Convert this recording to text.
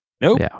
Nope